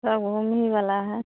सब घुमही बला है